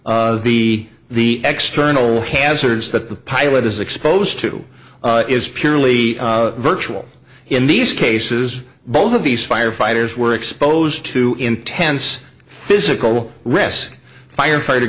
be the extra annele hazards that the pilot is exposed to is purely virtual in these cases both of these firefighters were exposed to intense physical risk firefighter